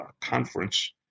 conference